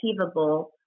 achievable